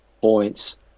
points